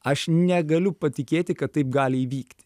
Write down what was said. aš negaliu patikėti kad taip gali įvykti